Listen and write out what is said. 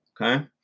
Okay